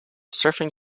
surfing